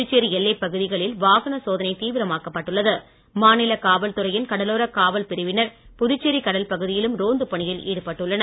புதுச்சேரி தீவிரமாக்கப்பட்டுள்ளது மாநில காவல்துறையின் கடலோர காவல் பிரிவினர் புதுச்சேரி கடல் பகுதியிலும் ரோந்து பணியில் ஈடுபட்டுள்ளனர்